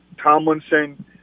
Tomlinson